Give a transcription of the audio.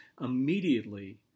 immediately